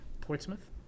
Portsmouth